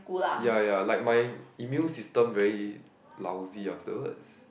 ya ya like my immune system very lousy afterwards